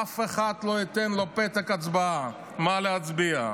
אף אחד לא ייתן לו פתק הצבעה, מה להצביע.